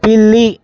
పిల్లి